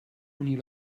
unir